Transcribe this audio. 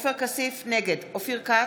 נגד אופיר כץ,